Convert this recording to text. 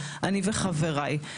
אני וחבריי.